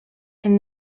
and